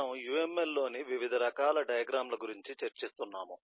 మనము UML లోని వివిధ రకాల డయాగ్రమ్ ల గురించి చర్చిస్తున్నాము